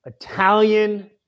Italian